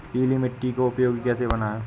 पीली मिट्टी को उपयोगी कैसे बनाएँ?